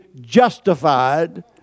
justified